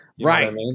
Right